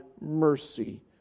mercy